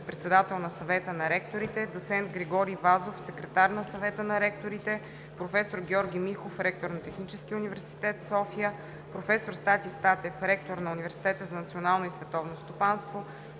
председател на Съвета на ректорите, доц. Григорий Вазов – секретар на Съвета на ректорите, проф. Георги Михов – ректор на Технически университет – София, проф. Стати Статев – ректор на Университета за национално и световно стопанство,